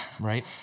Right